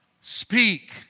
Speak